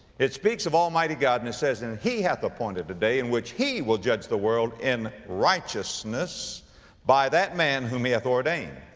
it speaks of almighty god and it says, and he hath appointed the day in which he will judge the world in righteousness by that man whom he hath ordained.